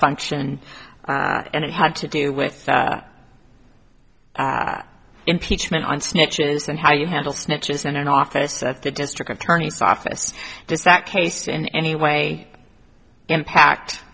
function and it had to do with impeachment and snitches and how you handle snitches in an office at the district attorney's office does that case in any way impact